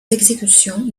exécutions